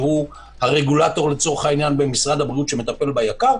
הרגולטור במשרד הבריאות שמטפל ביקר.